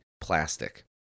plastic